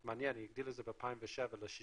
מעניין, היא הגדילה את זה ב-2007 ל-60%,